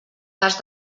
cas